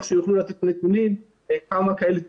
שהם יוכלו לתת נתונים כמה כאלה טופלו,